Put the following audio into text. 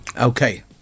Okay